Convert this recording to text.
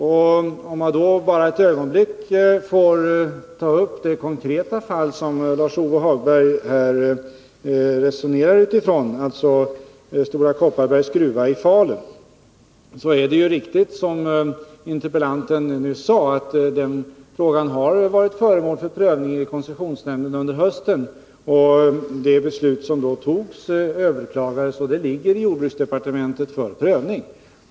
Jag vill sedan bara ett ögonblick ta upp det konkreta fall som Lars-Ove Hagberg här resonerar utifrån, dvs. förhållandena vid Stora Kopparbergs gruva Falun. Det är riktigt, som interpellanten nyss sade, att den frågan har varit föremål för prövning i koncessionsnämnden under hösten. Det beslut som då togs överklagades och ligger i jordbruksdepartementet för prövning.